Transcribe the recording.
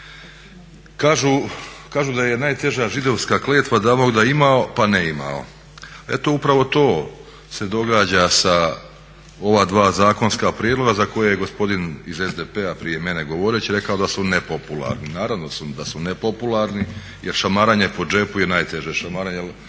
Kažu da je najteža židovska kletva dao Bog da imao pa nemao. Eto upravo to se događa sa ova dva zakonska prijedloga za koje je gospodin iz SDP-a prije mene govoreći rekao da su nepopularni. Naravno da su nepopularni jer šamaranje po džepu je najteže šamaranje,